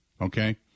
okay